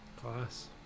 class